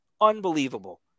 unbelievable